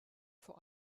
vor